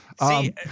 See